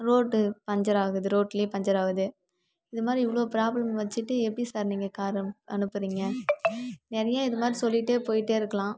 road puncture ஆகுது ரோட்லேயே puncture ஆகுது இது மாதிரி இவ்வளோ ப்ராப்ளம் வச்சுட்டு எப்படி சார் நீங்கள் காரை அனுப்புறீங்க நிறையா இது மாதிரி சொல்லிகிட்டே போயிட்டே இருக்கலாம்